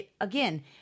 Again